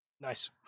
Nice